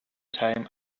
time